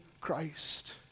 Christ